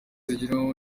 zigiranyirazo